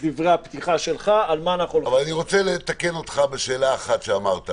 אותו דבר עשינו גם במוסדות החינוך,